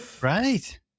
Right